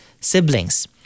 siblings